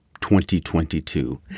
2022